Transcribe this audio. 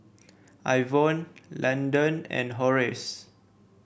Ivonne Landon and Horace